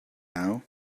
now